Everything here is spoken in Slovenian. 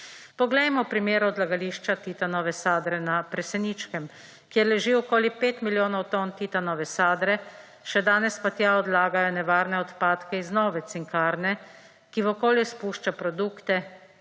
Poglejmo primer odlagališča titanove sadre na Proseniškem, kjer leži okoli 5 milijonov ton titanove sadre, še danes pa tja odlagajo nevarne odpadke iz nove Cinkarne, ki v okolje spušča produkte,